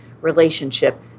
relationship